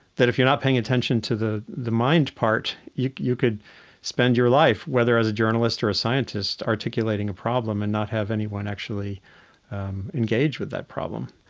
that, if you're not paying attention to the the mind part, you you could spend your life whether as a journalist or a scientist articulating a problem and not have anyone actually engage with that problem.